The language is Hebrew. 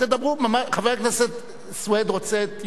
חבר הכנסת סוייד רוצה את יומו,